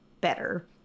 better